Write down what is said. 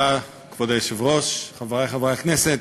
כבוד היושב-ראש, תודה רבה, חברי חברי הכנסת,